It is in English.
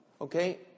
Okay